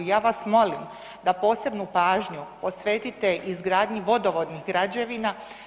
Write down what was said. Ja vas molim da posebnu pažnju posvetite izgradnji vodovodnih građevina.